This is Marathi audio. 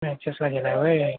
मॅचेसला गेला आहे होय